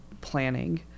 planning